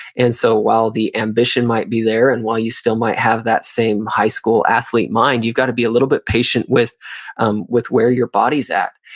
and so while the ambition might be there, and while you still might have that same high school athlete mind, you've got to be a little bit patient with um with where your body's at.